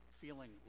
feeling